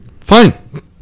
Fine